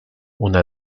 una